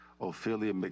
Ophelia